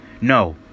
No